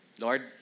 Lord